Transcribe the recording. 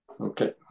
Okay